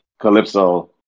Calypso